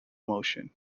motion